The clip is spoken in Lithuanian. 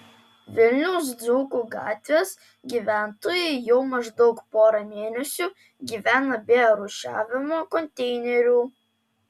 vilniaus dzūkų gatvės gyventojai jau maždaug porą mėnesių gyvena be rūšiavimo konteinerių